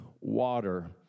water